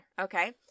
okay